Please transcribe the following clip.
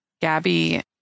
Gabby